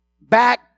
back